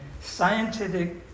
scientific